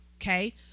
okay